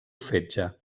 fetge